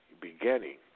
beginning